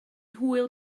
hwyl